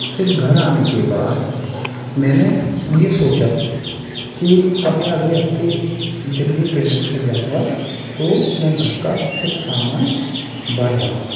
फिर घर आने के बाद मैंने ये सोचा कि अब मैं अगले हफ्ते दिल्ली ट्रेनिंग पे जाऊंगा तो मैं घर का कुछ सामान भर जाऊं